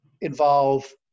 involve